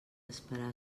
esperar